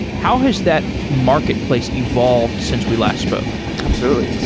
how has that marketplace evolved since we last spoke? absolutely.